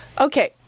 Okay